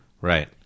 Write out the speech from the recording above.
right